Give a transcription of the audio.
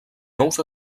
nous